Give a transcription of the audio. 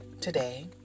today